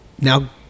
now